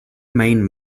main